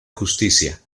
justicia